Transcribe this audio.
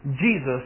Jesus